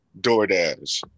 DoorDash